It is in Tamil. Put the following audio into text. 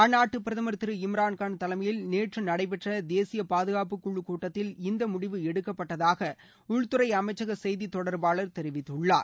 அந்நாட்டு பிரதமர் திரு இம்ரான்கான் தலைமையில் நேற்று நடைபெற்ற தேசிய பாதுகாப்புக்குழுக் கூட்டத்தில் இந்த முடிவு எடுக்கப்பட்டதாக உள்துறை அமைச்சக செய்தித் தொடர்பாளர் தெரிவித்துள்ளார்